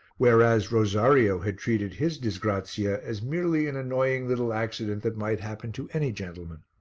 whereas rosario had treated his disgrazia as merely an annoying little accident that might happen to any gentleman.